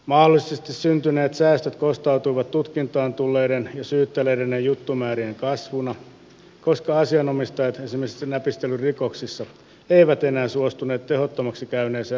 mahdollisesti syntyneet säästöt kostautuivat tutkintaan tulleiden ja syyttäjille edenneiden juttumäärien kasvuna koska asianomistajat esimerkiksi näpistelyrikoksissa eivät enää suostuneet tehottomaksi käyneeseen rangaistusvaatimusmenettelyyn